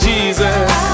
Jesus